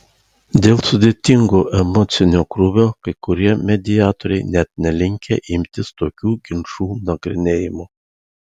dėl sudėtingo emocinio krūvio kai kurie mediatoriai net nelinkę imtis tokių ginčų nagrinėjimo